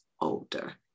older